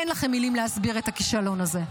אין לכם מילים להסביר את הכישלון הזה.